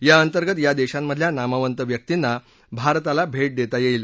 या अंतर्गत या देशांमधल्या नामवंत व्यक्तींना भारताला भेट देता येईल